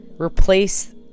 replace